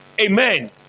Amen